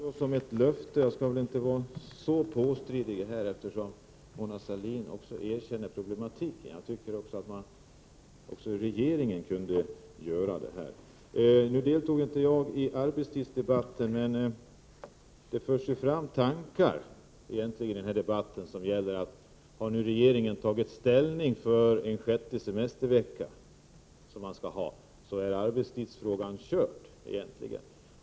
Fru talman! Jag tar detta som ett löfte och skall inte vara alltför påstridig. Mona Sahlin erkände att den problematik jag berörde existerar, och det tycker jag att även regeringen borde göra. Jag deltog inte i arbetstidsdebatten. I den debatten framförs synpunkten att om nu regeringen har tagit ställning för en sjätte semestervecka, så är arbetstidsfrågan i övrigt körd.